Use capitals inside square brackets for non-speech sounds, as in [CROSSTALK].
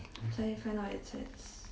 [NOISE]